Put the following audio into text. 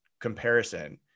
comparison